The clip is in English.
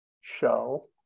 show